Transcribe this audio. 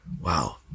wow